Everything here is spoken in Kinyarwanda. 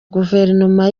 guverinoma